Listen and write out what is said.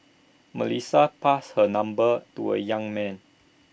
Melissa passed her number to A young man